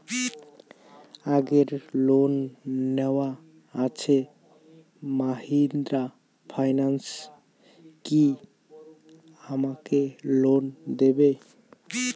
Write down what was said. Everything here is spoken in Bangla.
আগের লোন নেওয়া আছে মাহিন্দ্রা ফাইন্যান্স কি আমাকে লোন দেবে?